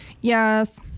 Yes